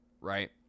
right